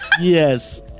Yes